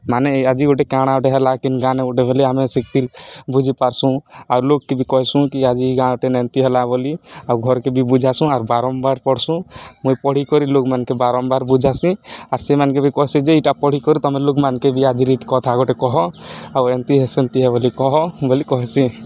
ମାନେ ଆଜି ଗୁଟେ କାଣା ଗୁଟେ ହେଲା କେନ୍ ଗାଁ ନେ ଗୁଟେ ବେଲେ ଆମେ ସେତ୍କି ବୁଝିପାର୍ସୁଁ ଆଉ ଲୋକ୍କେ ବି କହେସୁଁ କି ଆଜି ଗାଁ ଗୋଟେନ ଏନ୍ତି ହେଲା ବୋଲି ଆଉ ଘର୍କେ ବି ବୁଝାସୁଁ ଆର୍ ବାରମ୍ବାର୍ ପଢ଼୍ସୁଁ ମୁଇଁ ପଢ଼ିିକରି ଲୋକ୍ମାନ୍କେ ବାରମ୍ବାର ବୁଝାସି ଆର୍ ସେମାନ୍କେ ବି କହେସିଁ ଯେ ଇଟା ପଢ଼ିକରି ତମେ ଲୋକ୍ମାନ୍କେ ବି ଆଜିର୍ ଇ କଥା ଗୁଟେ କହ ଆଉ ଏନ୍ତି ଏ ସେନ୍ତି ଏ ବୋଲି କହ ବୋଲି କହେସି